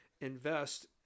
invest